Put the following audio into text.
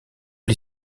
les